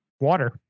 water